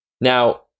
Now